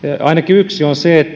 yksi